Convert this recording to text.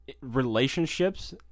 relationships